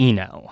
Eno